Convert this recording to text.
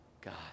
God